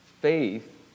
faith